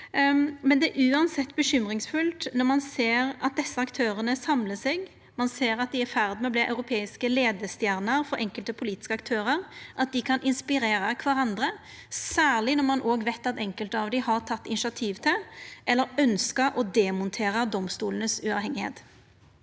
Det er uansett bekymringsfullt når ein ser at desse aktørane samlar seg. Ein ser at dei er i ferd med å verta europeiske leiestjerner for enkelte politiske aktørar, og at dei kan inspirera kvarandre, særleg når ein òg veit at enkelte av dei har teke initiativ til eller ønskjer å demontera uavhengigheita